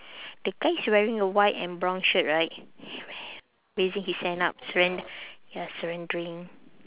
the guy is wearing a white and brown shirt right raising his hand up surrender ya surrendering